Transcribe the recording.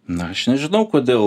na aš nežinau kodėl